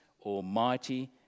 Almighty